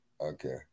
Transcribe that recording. okay